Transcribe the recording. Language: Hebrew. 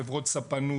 חברות ספנות,